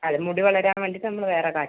അത് മുടി വളരാൻ വേണ്ടീട്ട് നമ്മള് വേറെ കാച്ചും